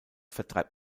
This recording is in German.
vertreibt